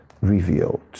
revealed